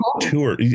tour